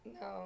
No